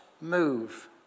move